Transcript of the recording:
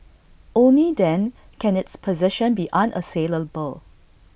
only then can its position be unassailable